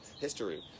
history